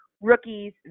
rookies